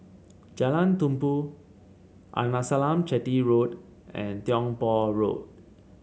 Jalan Tumpu Arnasalam Chetty Road and Tiong Poh Road